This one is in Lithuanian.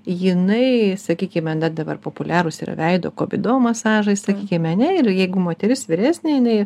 jinai sakykime na dabar populiarūs yra veido kobido masažai sakykime ar ne ir jeigu moteris vyresnė jinai